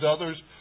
others